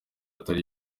atari